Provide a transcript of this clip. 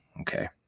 Okay